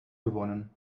gewonnen